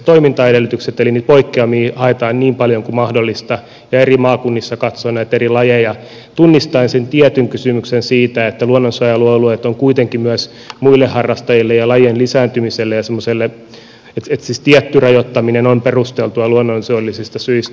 eli niitä poikkeamia haetaan niin paljon kuin mahdollista ja eri maakunnissa katsotaan näitä eri lajeja tunnistaen sen tietyn kysymyksen siitä että luonnonsuojelualueet ovat kuitenkin myös muita harrastajia ja lajien lisääntymistä varten että siis tietty rajoittaminen on perusteltua luonnonsuojelullisista syistä